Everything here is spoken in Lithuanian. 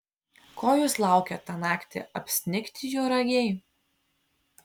ko jūs laukėt tą naktį apsnigti juragiai